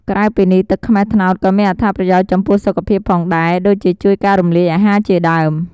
ក្រៅពីនេះ ទឹកខ្មេះត្នោតក៏មានអត្ថប្រយោជន៍ចំពោះសុខភាពផងដែរ ដូចជាជួយដល់ការរំលាយអាហារជាដើម។